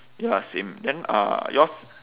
ya same then uh yours